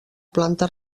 planta